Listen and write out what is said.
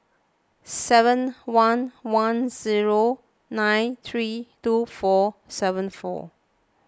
seven one one zero nine three two four seven four